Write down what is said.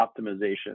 optimization